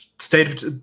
state